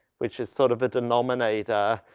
which is sort of a denominator,